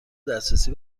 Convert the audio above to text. دسترسی